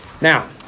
Now